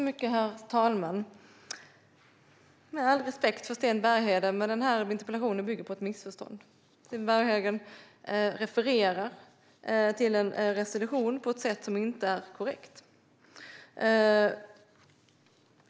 Herr talman! Med all respekt för Sten Bergheden bygger denna interpellation på ett missförstånd. Sten Bergheden refererar till en resolution på ett sätt som inte är korrekt.